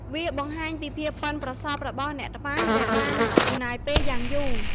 វាបង្ហាញពីភាពប៉ិនប្រសប់របស់អ្នកត្បាញដែលបានចំណាយពេលយ៉ាងយូរ។